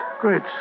Great